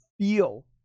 feel